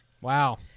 Wow